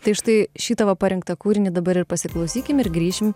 tai štai šį tavo parinktą kūrinį dabar ir pasiklausykim ir grįšim